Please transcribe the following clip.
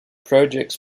projects